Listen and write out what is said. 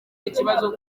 ikibazo